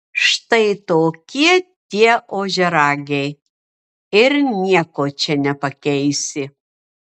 štai tokie tie ožiaragiai ir nieko čia nepakeisi